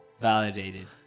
Validated